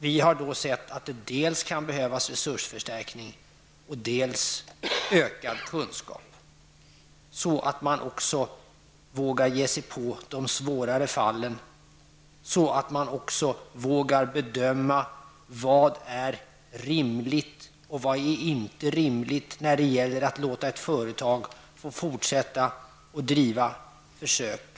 Vi anser att det dels kan behövas resursförstärkning, dels ökad kunskap för att man skall våga ge sig på de svårare fallen. Man måste kunna bedöma vad som är rimligt och inte rimligt när det gäller att låta ett företag få fortsätta att bedriva försök.